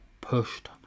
pushed